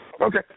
Okay